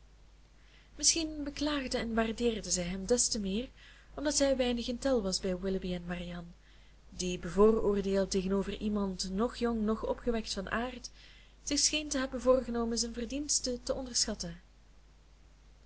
misschien beklaagde en waardeerde zij hem des te meer omdat hij weinig in tel was bij willoughby en marianne die bevooroordeeld tegenover iemand noch jong noch opgewekt van aard zich schenen te hebben voorgenomen zijn verdienste te onderschatten